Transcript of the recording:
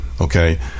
Okay